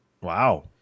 Wow